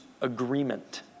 agreement